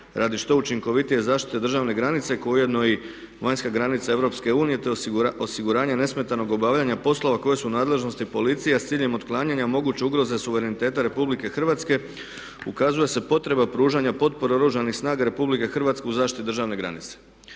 radi što učinkovitije zaštite državne granice koja je ujedno i vanjska granica Europske unije te osiguranja nesmetanog obavljanja poslova koji su u nadležnosti policije s ciljem otklanjanja moguće ugroze suvereniteta Republike Hrvatske ukazala se potreba pružanja potpora Oružanih snaga Republike Hrvatske u zaštiti državne granice.